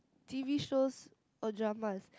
T_V shows or dramas